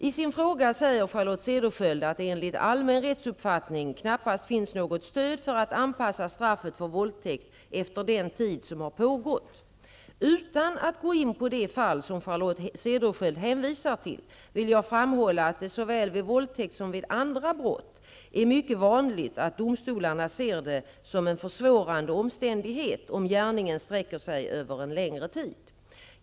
I sin fråga säger Charlotte Cederschiöld att det enligt allmän rättsuppfattning knappast finns något stöd för att anpassa straffet för våldtäkt efter den tid som den har pågått. Utan att gå in på det fall som Charlotte Cederschiöld hänvisar till, vill jag framhålla att det såväl vid våldtäkt som vid andra brott är mycket vanligt att domstolarna ser det som en försvårande omständighet om gärningen sträcker sig över en längre tid.